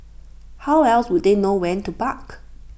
how else would they know when to bark